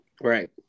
Right